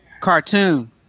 Cartoon